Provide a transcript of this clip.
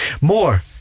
more